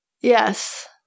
Yes